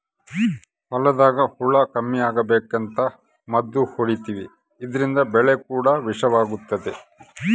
ಹೊಲದಾಗ ಹುಳ ಕಮ್ಮಿ ಅಗಬೇಕಂತ ಮದ್ದು ಹೊಡಿತಿವಿ ಇದ್ರಿಂದ ಬೆಳೆ ಕೂಡ ವಿಷವಾತತೆ